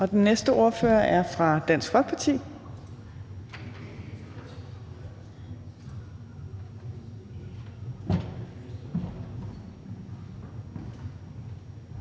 Den næste ordfører er fra Dansk Folkeparti,